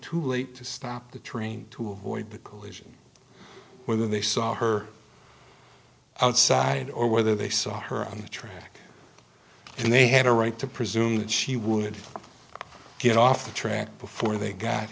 too late to stop the train to avoid the collision whether they saw her outside or whether they saw her on the track and they had a right to presume that she would get off the track before they got